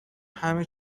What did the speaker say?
همه